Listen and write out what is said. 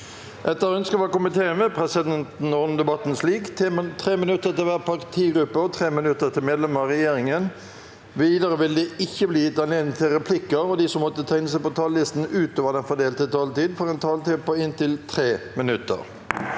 forvaltningskomiteen vil presidenten ordne debatten slik: 3 minutter til hver partigruppe og 3 minutter til medlemmer av regjeringen. Videre vil det ikke bli gitt anledning til replikker, og de som måtte tegne seg på talerlisten utover den fordelte taletid, får også en taletid på inntil 3 minutter.